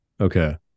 Okay